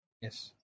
Yes